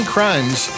Crimes